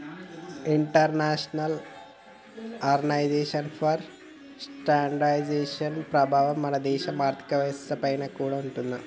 international organization for standardization ప్రభావం మన దేశ ఆర్ధిక వ్యవస్థ పైన కూడా ఉంటాది